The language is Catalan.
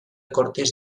cortes